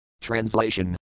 Translation